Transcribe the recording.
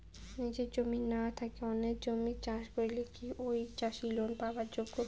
নিজের জমি না থাকি অন্যের জমিত চাষ করিলে কি ঐ চাষী লোন পাবার যোগ্য?